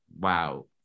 wow